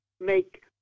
make